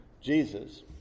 Jesus